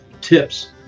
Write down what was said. tips